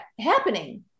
happening